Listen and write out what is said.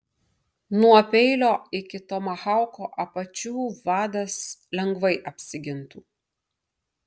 nuo peilio ir tomahauko apačių vadas lengvai apsigintų